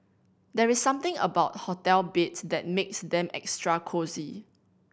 there is something about hotel beds that makes them extra cosy